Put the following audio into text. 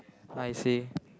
I see